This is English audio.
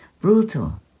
brutal